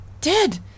dead